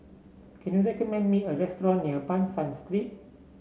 can you recommend me a restaurant near Ban San Street